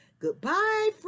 Goodbye